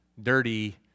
dirty